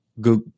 go